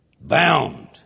bound